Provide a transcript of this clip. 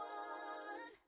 one